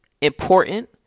important